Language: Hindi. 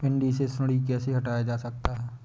भिंडी से सुंडी कैसे हटाया जा सकता है?